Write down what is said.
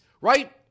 right